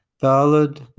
Ballad